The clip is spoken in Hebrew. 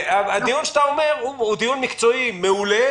הדיון שאתה מציג הוא דיון מקצועי מעולה.